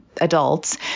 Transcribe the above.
adults